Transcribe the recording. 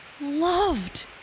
loved